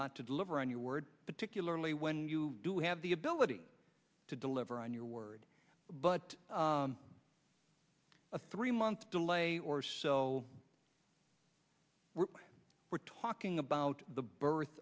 not to deliver on your word particularly when you do have the ability to deliver on your word but a three month delay or so we're talking about the birth